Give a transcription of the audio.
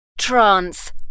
Trance